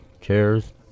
Chairs